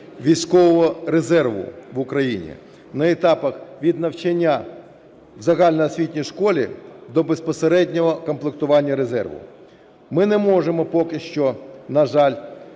військового резерву в Україні на етапах від навчання в загальноосвітній школі до безпосереднього комплектування резерву. Ми не можемо поки що, на жаль,